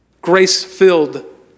Grace-filled